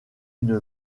une